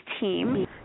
team